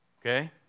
Okay